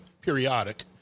periodic